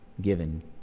given